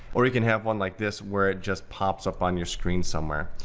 or you can have one like this where it just pops up on your screen somewhere.